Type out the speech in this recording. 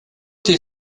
did